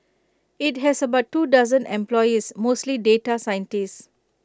IT has about two dozen employees mostly data scientists